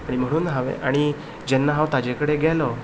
म्हणून हांवें आनी जेन्ना हांव ताजे कडेन गेलो